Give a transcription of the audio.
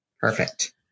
Perfect